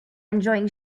enjoying